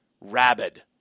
Rabid